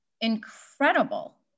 incredible